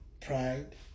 pride